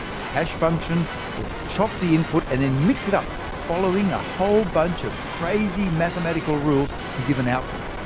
a hash function will chop the input, and then mix it up, following a whole bunch of crazy mathematical rules, to give an output.